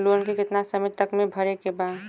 Loan के कितना समय तक मे भरे के बा?